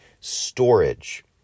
storage